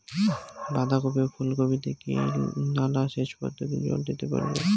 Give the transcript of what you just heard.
বাধা কপি ও ফুল কপি তে কি নালা সেচ পদ্ধতিতে জল দিতে পারবো?